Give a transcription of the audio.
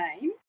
name